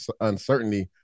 uncertainty